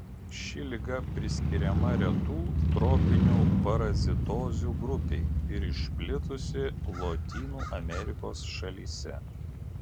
ši liga priskiriama retų tropinių parazitozių grupei ir išplitusi lotynų amerikos šalyse